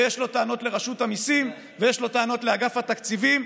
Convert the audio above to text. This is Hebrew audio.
ויש לו טענות לרשות המיסים ויש לו טענות לאגף התקציבים.